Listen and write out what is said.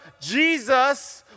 Jesus